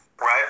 Right